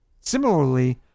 Similarly